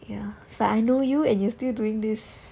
ya so I know you and you still doing this